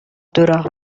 دورا